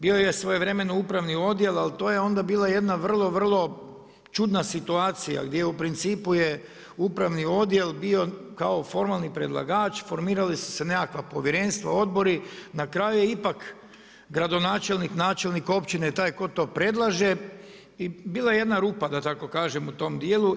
Bio je svojevremeno upravni odjel, ali to je onda bila jedna vrlo, vrlo čudna situacija gdje je u principu upravni odjel bio kao formalni predlagač, formirala su se neka povjerenstva, odbori na kraju je ipak gradonačelnik, načelnik općine taj tko to predlaže i bila je jedna rupa da tako kažem u tom dijelu.